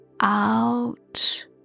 out